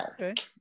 Okay